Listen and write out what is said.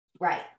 right